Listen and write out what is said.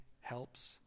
helps